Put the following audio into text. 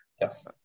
yes